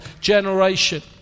generation